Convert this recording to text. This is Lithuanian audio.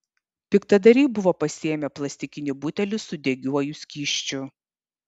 piktadariai buvo pasiėmę plastikinį butelį su degiuoju skysčiu